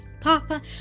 Papa